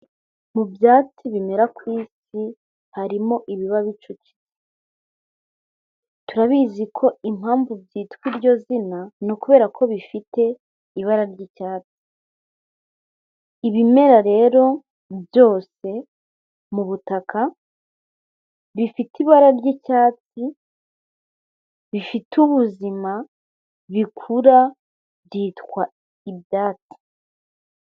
Mu byatsi bimera ku Isi harimo ibiba bicukitse. Turabizi ko impamvu byitwa iryo zina ni ukubera ko bifite ibara ry'icyatsi. Ibimera rero byose mu butaka bifite ibara ry'icyatsi, bifite ubuzima, bikura byitwa ibyatsi.